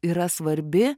yra svarbi